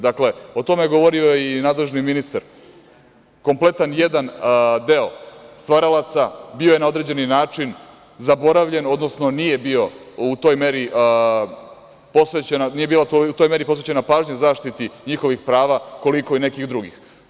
Dakle, o tome je govorio i nadležni ministar, kompletan jedan deo stvaralaca bio je na određeni način zaboravljen, odnosno nije bila u toj meri posvećena pažnja zaštiti njihovih prava koliko i nekih drugih.